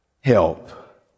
help